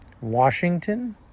Washington